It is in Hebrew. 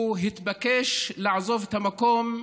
הוא התבקש לעזוב את המקום,